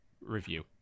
review